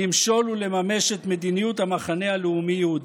למשול ולממש את מדיניות המחנה הלאומי-יהודי.